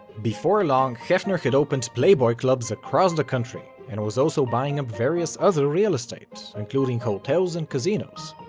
before long, hefner had opened playboy clubs across the country and was also buying up various other real estate, including hotels and casinos.